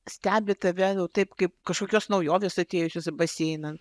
stebi tave taip kaip kažkokios naujovės atėjusios į baseiną